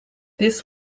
this